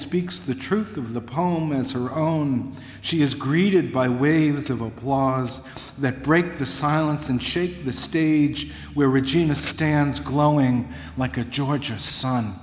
speaks the truth of the pomus her own she is greeted by waves of applause that break the silence and shake the stage where regina stands glowing like a georgia s